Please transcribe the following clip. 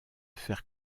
faire